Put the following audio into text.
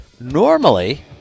normally